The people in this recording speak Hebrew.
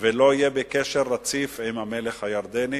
ולא יהיה בקשר רציף עם המלך הירדני